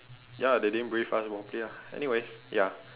ya they didn't brief us properly ah anyways ya